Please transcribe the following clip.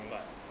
but